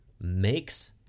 makes